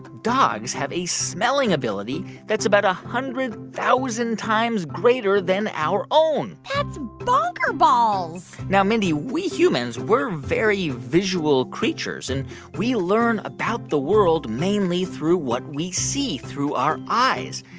dogs have a smelling ability that's about a hundred thousand times greater than our own that's bonker-balls now, mindy, we humans we're very visual creatures, and we learn about the world mainly through what we see through our eyes,